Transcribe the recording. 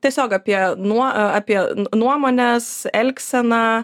tiesiog apie nuo apie nuomones elgsena